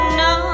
no